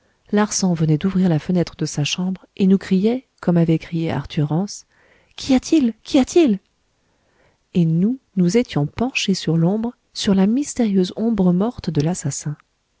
larsan venait d'ouvrir la fenêtre de sa chambre et nous criait comme avait crié arthur rance qu'y a-t-il qu'y a-t-il et nous nous étions penchés sur l'ombre sur la mystérieuse ombre morte de l'assassin